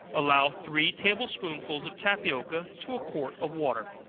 allow three table-spoonsful of tapioca to a quart of water.